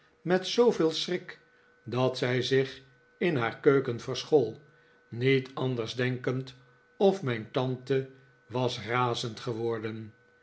met zooveel schrik dat zij zich in haar keuken verschool niet anders denkend of mijn tante was razend geworden